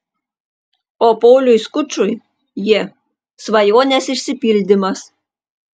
o pauliui skučui ji svajonės išsipildymas